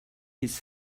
his